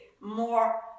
more